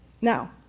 Now